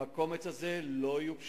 עם הקומץ הזה לא יהיו פשרות.